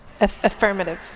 Affirmative